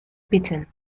bitten